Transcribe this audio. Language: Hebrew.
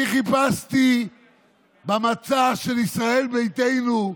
אני חיפשתי במצע של ישראל ביתנו,